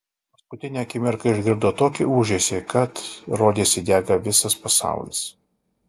paskutinę akimirką išgirdo tokį ūžesį kad rodėsi dega visas pasaulis